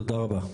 תודה רבה.